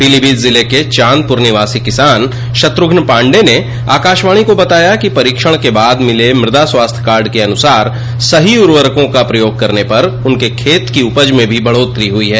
पीलीभीत जिले के चांदपुर निवासी किसान शत्रुधन पाण्डेय ने आकाशवाणी को बताया कि परीक्षण के बाद मिले मृदा स्वास्थ्य कार्ड के अनुसार सही उर्वरकों का प्रयोग करने पर उनके खेत की उपज में भी बढ़ोतरी हुई है